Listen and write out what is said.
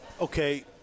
Okay